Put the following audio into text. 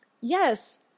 yes